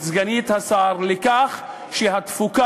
את סגנית השר, לכך שהתפוקה,